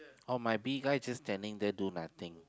oh my bee guy just standing there do nothing